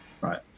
right